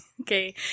Okay